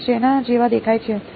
તેઓ શેના જેવા દેખાય છે